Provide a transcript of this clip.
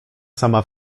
sama